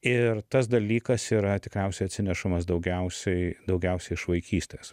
ir tas dalykas yra tikriausiai atsinešamas daugiausiai daugiausiai iš vaikystės